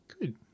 Good